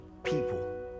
people